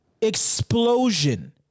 explosion